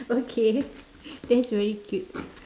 okay that's very cute